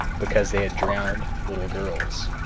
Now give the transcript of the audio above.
because they had drowned little girls.